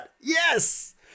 yes